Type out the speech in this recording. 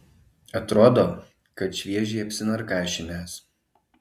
atrodo kad šviežiai apsinarkašinęs